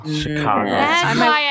Chicago